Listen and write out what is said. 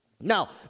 Now